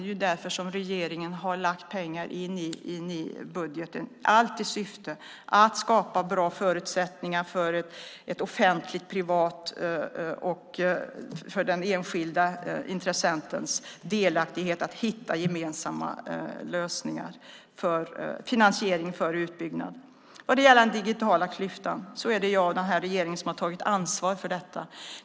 Det är därför som regeringen har lagt pengar i budgeten - allt i syfte att skapa bra förutsättningar för offentligt och privat och för den enskilde intressentens delaktighet att hitta gemensamma lösningar för finansiering av utbyggnad. Vad gäller den digitala klyftan är det jag och regeringen som har tagit ansvar för detta.